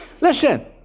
Listen